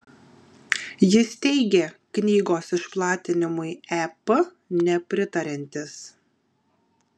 jis teigė knygos išplatinimui ep nepritariantis